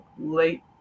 late